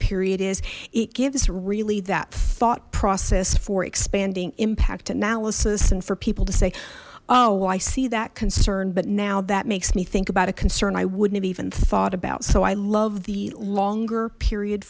period is it gives really that thought process for expanding impact analysis and for people to say oh i see that concern but now that makes me think about a concern i wouldn't have even thought about so i love the longer period